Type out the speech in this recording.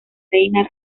reina